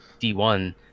D1